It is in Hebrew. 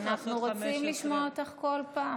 לעשות 15. אנחנו רוצים לשמוע אותך כל פעם,